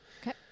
Okay